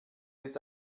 ist